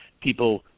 people